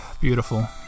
Beautiful